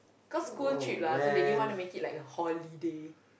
cause school trip lah so they didn't want to make it like a holiday